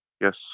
yes